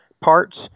parts